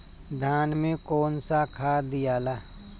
धान मे कौन सा खाद दियाला?